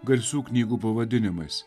garsių knygų pavadinimais